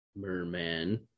merman